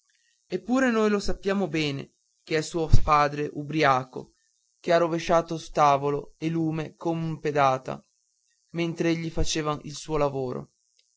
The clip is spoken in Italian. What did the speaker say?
eppure noi lo sappiamo bene che è suo padre briaco che ha rovesciato tavolo e lume con una pedata mentr'egli faceva il suo lavoro